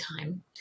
time